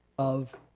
of?